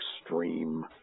Extreme